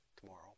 tomorrow